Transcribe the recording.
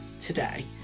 today